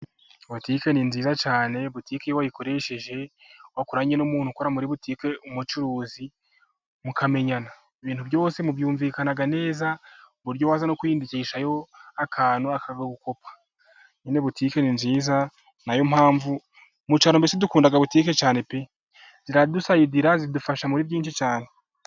Butike ni nziza cyane, botike iyo wayikoresheje wakoranye n'umuntu ukora muri butike, umucuruzi mukamenyana, ibintu byose mubyumvikana neza. Uburyo waza no kwiyindikishayo akantu, akakagukopa. Nyine butike ni nziza ni na yo mpamvu mu cyaro mbese dukunda butike cyane pe! Ziradusayidira, zidufasha muri byinshi cyane.